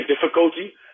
difficulty